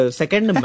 second